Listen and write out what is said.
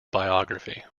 biography